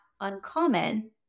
uncommon